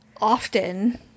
Often